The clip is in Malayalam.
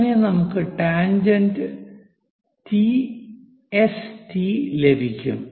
അങ്ങനെ നമുക്ക് ടാൻജെന്റ് എസ് ടി ലഭിക്കും